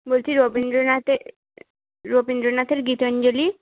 বলছি রবীন্দ্রনাথের রবীন্দ্রনাথের গীতাঞ্জলি